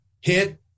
hit